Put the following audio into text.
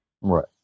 Right